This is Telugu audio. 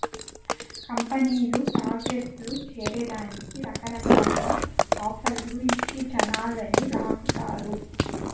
కంపెనీలు టార్గెట్లు చేరే దానికి రకరకాల ఆఫర్లు ఇచ్చి జనాలని లాగతారు